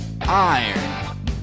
Iron